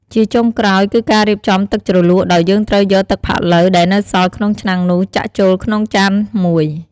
ជាចុងក្រោយ គឺការរៀបចំទឹកជ្រលក់ ដោយយើងត្រូវយកទឹកផាក់ឡូវ ដែលនៅសល់ក្នុងឆ្នាំងនោះ ចាក់ចូលក្នុងចានមួយ។